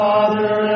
Father